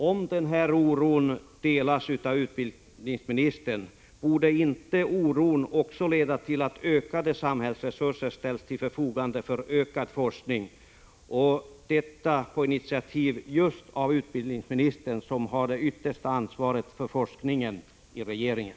Om denna oro delas av utbildningsministern, borde inte oron då också leda till att ökade samhällsresurser ställs till förfogande för forskning på initiativ av just utbildningsministern, som har det yttersta ansvaret för forskningen i regeringen?